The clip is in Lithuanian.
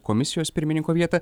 komisijos pirmininko vietą